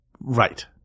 Right